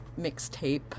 mixtape